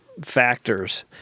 factors